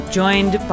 joined